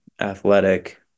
athletic